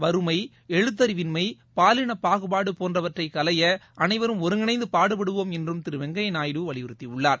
வறுமை எழுத்தறிவின்மை பாலின பாகுபாடு போன்றவற்றை களைய அளைவரும் ஒருங்கிணைந்து பாடுபடுவோம் என்றும் திரு வெங்கையா நாயுடு வலியுறுத்தியுள்ளார்